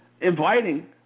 inviting